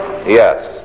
Yes